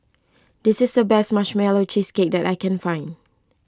this is the best Marshmallow Cheesecake that I can find